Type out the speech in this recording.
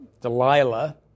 Delilah